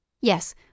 Yes